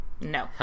no